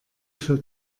für